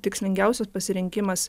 tikslingiausias pasirinkimas